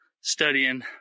studying